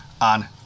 on